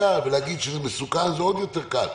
ולהגיד שזה מסוכן, זה עוד יותר קל.